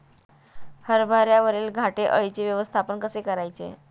हरभऱ्यावरील घाटे अळीचे व्यवस्थापन कसे करायचे?